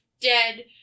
dead